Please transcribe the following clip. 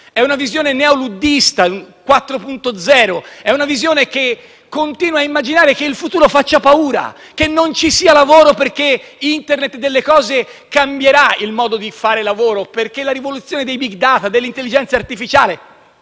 È una visione neoluddista, 4.0, è una visione che continua ad immaginare che il futuro faccia paura, che non ci sia lavoro perché l'Internet delle cose cambierà il modo di fare lavoro, con la rivoluzione dei *big data*, dell'intelligenza artificiale.